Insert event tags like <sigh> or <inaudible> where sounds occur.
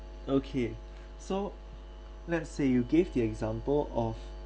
okay <breath> so let's say you gave the example of